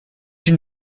une